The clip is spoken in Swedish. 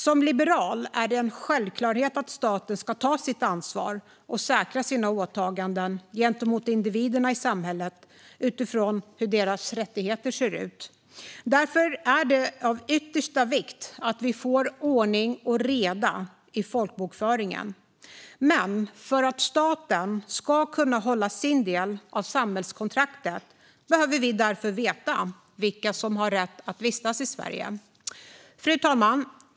För en liberal är det en självklarhet att staten ska ta sitt ansvar och säkra sina åtaganden gentemot individerna i samhället utifrån hur deras rättigheter ser ut. Därför är det av yttersta vikt att vi får ordning och reda i folkbokföringen. Men för att staten ska kunna hålla sin del av samhällskontraktet behöver vi veta vilka som har rätt att vistas i Sverige. Fru talman!